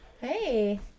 Hey